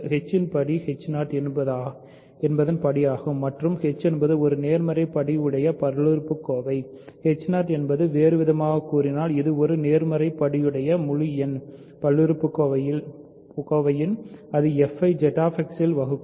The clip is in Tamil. h இன் படி என்பதன் படியாகும் மற்றும் h என்பது ஒரு நேர்மறையான படி உடைய பல்லுறுப்புக்கோவை என்பது வேறுவிதமாகக் கூறினால் இது ஒரு நேர்மறை படியுடைய முழுஎண் பல்லுறுப்புக்கோவையின் அது f ஐ ZX ல் வகுக்கும்